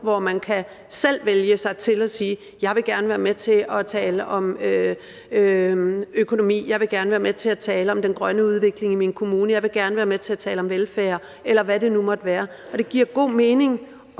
hvor man selv kan vælge og sige: Jeg vil gerne være med til at tale om økonomi. Jeg vil gerne være med til at tale om den grønne udvikling i min kommune. Jeg vil gerne være med til at tale om velfærd, eller hvad det nu måtte være. Det giver god mening